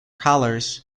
colors